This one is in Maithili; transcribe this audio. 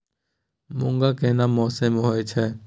मूंग केना मौसम में होय छै?